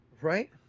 right